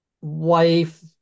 wife